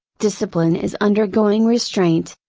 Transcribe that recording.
discipline is undergoing restraint,